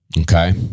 Okay